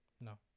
no